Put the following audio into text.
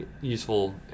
useful